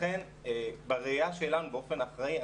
לכן בראייה שלנו באופן אחראי,